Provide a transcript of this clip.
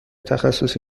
تخصص